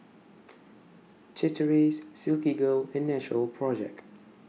Chateraise Silkygirl and Natural Project